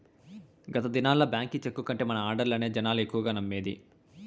గత దినాల్ల బాంకీ చెక్కు కంటే మన ఆడ్డర్లనే జనాలు ఎక్కువగా నమ్మేది